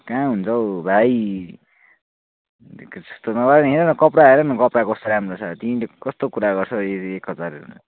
कहाँ हुन्छ हौ भाइ त्यस्तो नगर न यहाँ हेर न कपडा हेर न कपडा कस्तो राम्रो छ तिमीले कस्तो कुरा गर्छौ एक हजार